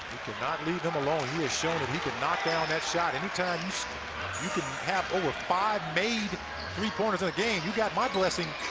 cannot leave him alone. he has shown and he can knock down that shot. any time you can have over five made three-pointers in a game, you've got my blessing.